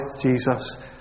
Jesus